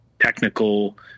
technical